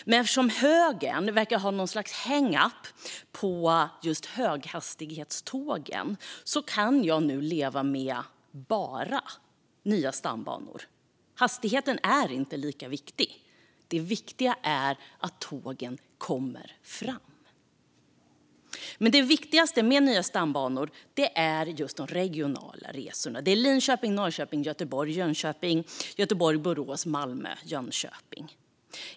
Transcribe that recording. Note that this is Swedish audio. Men eftersom högern verkar ha något slags hang-up på just höghastighetståget kan jag nu leva med "bara" nya stambanor. Hastigheten är inte lika viktig; det viktiga är att tågen kommer fram. Det viktigaste med nya stambanor är dock de regionala resorna, som Linköping-Norrköping, Göteborg-Jönköping, Göteborg-Borås och Malmö-Jönköping.